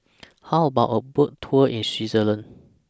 How about A Boat Tour in Switzerland